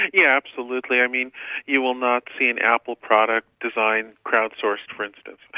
yeah absolutely. i mean you will not see an apple product designed crowdsourced for instance.